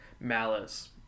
Malice